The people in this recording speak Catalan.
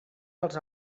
els